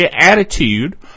attitude